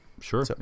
Sure